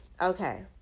okay